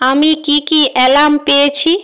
আমি কি কি অ্যালাৰ্ম পেয়েছি